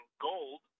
gold